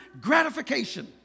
gratification